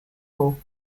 wall